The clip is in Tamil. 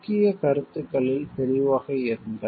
முக்கிய கருத்துகளில் தெளிவாக இருங்கள்